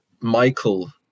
michael